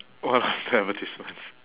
one of the advertisements